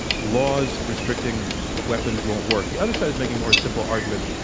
laws restricting weapons won't work, the other side is making more a simple argument,